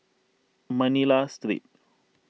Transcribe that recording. Manila Street